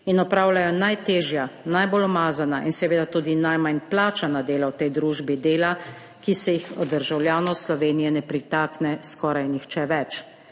in opravljajo najtežja, najbolj umazana in seveda tudi najmanj plačana dela v tej družbi dela, ki se jih od državljanov Slovenije ne pritakne skoraj nihče več,